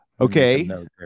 Okay